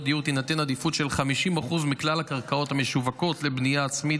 דיור תינתן עדיפות של 50% מכלל הקרקעות המשווקות לבנייה עצמית